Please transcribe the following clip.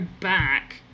back